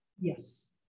Yes